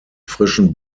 frischen